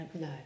No